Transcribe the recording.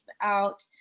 out